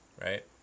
right